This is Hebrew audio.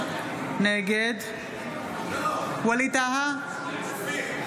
נגד ווליד טאהא,